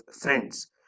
friends